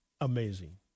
amazing